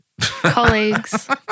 colleagues